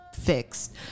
fixed